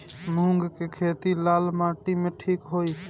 मूंग के खेती लाल माटी मे ठिक होई?